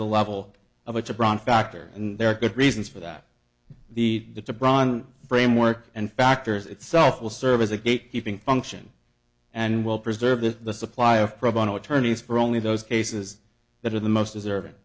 the level of a gibran factor and there are good reasons for that the bron framework and factors itself will serve as a gate keeping function and will preserve the supply of pro bono attorneys for only those cases that are the most deserving